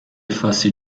fasi